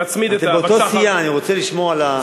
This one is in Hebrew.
אתם באותה סיעה, אני רוצה לשמור על האחדות.